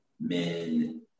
men